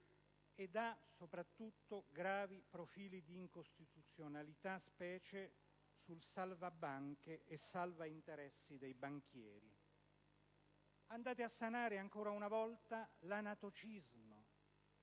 e soprattutto presenta gravi profili di incostituzionalità, specie sulle norme salvabanche e salvainteressi dei banchieri. Andate a sanare ancora una volta l'anatocismo,